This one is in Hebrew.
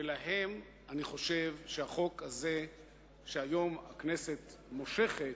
ולהן, אני חושב שהחוק הזה שהיום הכנסת מושכת,